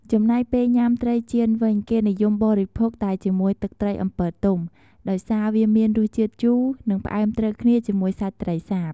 ចំណែកពេលញុាំត្រីចៀនវិញ គេនិយមបរិភោគតែជាមួយទឹកត្រីអម្ពិលទុំ ដោយសារវាមានរសជាតិជូរ និងផ្អែមត្រូវគ្នាជាមួយសាច់ត្រីសាប។